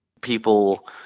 people –